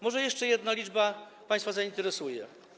Może jeszcze jedna liczba państwa zainteresuje.